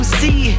see